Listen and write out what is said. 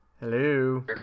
Hello